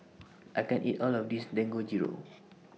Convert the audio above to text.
I can't eat All of This Dangojiru